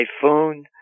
typhoon